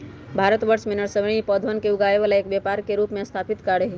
भारतवर्ष में नर्सरी में पौधवन के उगावे ला एक व्यापार के रूप में स्थापित कार्य हई